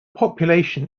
population